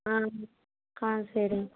ஆ ஆ சரிங்க